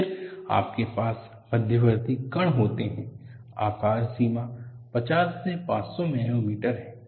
फिर आपके पास मध्यवर्ती कण होते हैं आकार सीमा 50 से 500 नैनोमीटर है